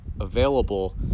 available